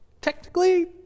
technically